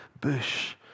bush